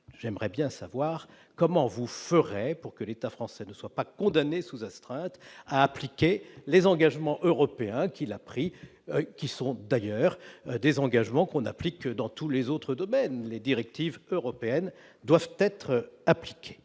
j'aimerais bien savoir comment vous ferais pour que l'État français ne soit pas condamné sous astreinte à appliquer les engagements européens qu'il a pris, qui sont d'ailleurs des engagements qu'on applique dans tous les autres domaines, les directives européennes doivent être appliquées